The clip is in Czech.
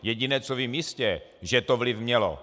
Jediné, co vím jistě, že to vliv mělo.